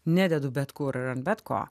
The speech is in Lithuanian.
nededu bet kur bet ko